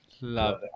Love